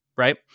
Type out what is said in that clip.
Right